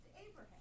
Abraham